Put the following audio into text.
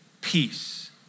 Peace